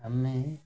ଆମେ